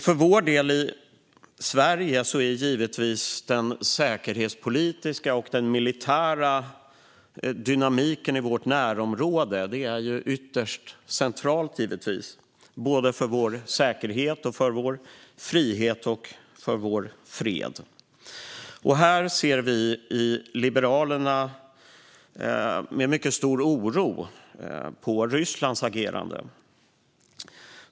För vår del i Sverige är givetvis den säkerhetspolitiska och militära dynamiken i vårt närområde helt central för vår säkerhet, vår frihet och vår fred. Vi i Liberalerna ser med mycket stor oro på Rysslands agerande.